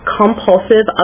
compulsive